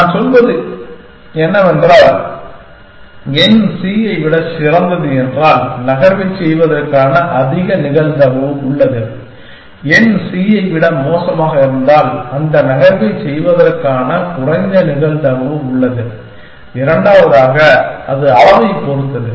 நான் சொல்வது என்னவென்றால் n c ஐ விட சிறந்தது என்றால் நகர்வைச் செய்வதற்கான அதிக நிகழ்தகவு உள்ளது n c ஐ விட மோசமாக இருந்தால் அந்த நகர்வைச் செய்வதற்கான குறைந்த நிகழ்தகவு உள்ளது இரண்டாவதாக அது அளவைப் பொறுத்தது